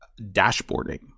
dashboarding